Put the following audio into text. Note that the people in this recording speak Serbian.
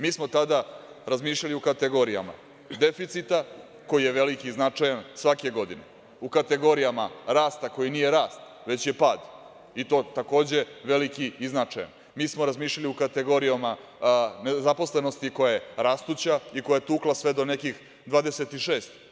Mi smo tada razmišljali u kategorijama deficita, koji je veliki i značajan svake godine, u kategorijama rasta koji nije rast već je pad, i to takođe veliki i značajan, mi smo razmišljali u kategorijama nezaposlenosti koja je rastuća i koja je tukla sve do nekih 26%